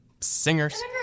singers